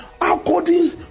According